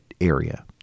area